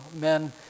men